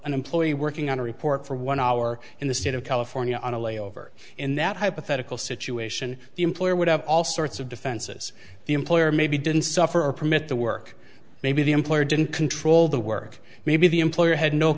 an employee working on a report for one hour in the state of california on a layover in that hypothetical situation the employer would have all sorts of defenses the employer maybe didn't suffer a permit to work maybe the employer didn't control the work maybe the employer had no